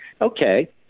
Okay